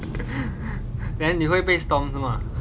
then 你会被 Stomp 的吗